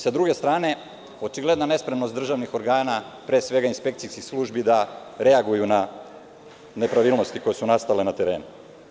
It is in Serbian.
Sa druge strane, očigledna nespremnost državnih organa, pre svega inspekcijskih službi, da reaguju na nepravilnosti koje su nastale na terenu.